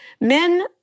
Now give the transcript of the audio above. Men